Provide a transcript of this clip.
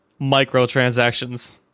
Microtransactions